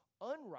unrighteous